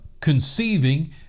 conceiving